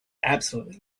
absolutely